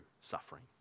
suffering